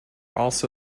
also